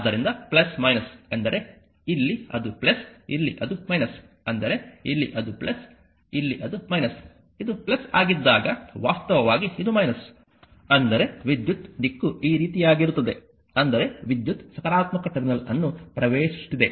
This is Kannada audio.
ಆದ್ದರಿಂದ ಎಂದರೆ ಇಲ್ಲಿ ಅದು ಇಲ್ಲಿ ಅದು ಅಂದರೆ ಇಲ್ಲಿ ಅದು ಇಲ್ಲಿ ಅದು ಇದು ಆಗಿದ್ದಾಗ ವಾಸ್ತವವಾಗಿ ಇದು ಅಂದರೆ ವಿದ್ಯುತ್ ದಿಕ್ಕು ಈ ರೀತಿಯಾಗಿರುತ್ತದೆ ಅಂದರೆ ವಿದ್ಯುತ್ ಸಕಾರಾತ್ಮಕ ಟರ್ಮಿನಲ್ ಅನ್ನು ಪ್ರವೇಶಿಸುತ್ತಿದೆ